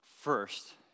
First